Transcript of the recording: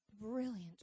brilliant